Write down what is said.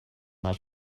not